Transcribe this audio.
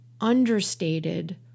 understated